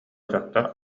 дьахтар